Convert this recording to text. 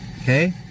okay